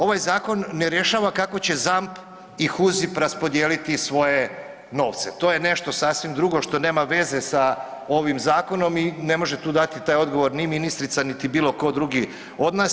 Ovaj zakon ne rješava kako će ZAMP i HUZIP raspodijeliti svoje novce, to je nešto sasvim drugo što nema veze sa ovim zakonom i ne može tu dati taj odgovor ni ministrica niti bilo ko drugi od nas.